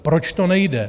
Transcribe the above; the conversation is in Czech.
Proč to nejde?